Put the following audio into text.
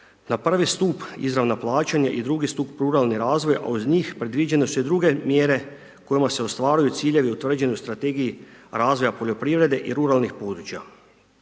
na prvi stup izravna plaćanja i drugi stup ruralni razvoj a uz njih predviđene su i druge mjere kojima se ostvaruju ciljevi utvrđeni u Strategiji razvoja poljoprivrede i ruralnih područja.